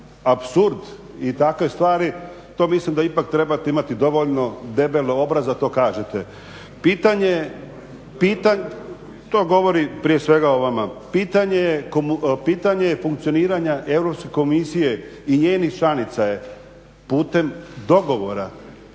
apsurd i takve stvari, to mislim da ipak trebate imati dovoljno debele obraze da to kažete. To govori prije svega o vama. Pitanje je funkcioniranja Europske komisije i njenih članica putem dogovora.